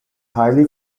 highly